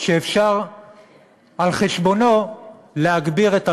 שאפשר על חשבונו להגביר את המכירות.